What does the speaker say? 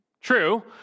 true